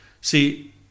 See